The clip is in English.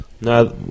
Now